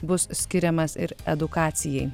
bus skiriamas ir edukacijai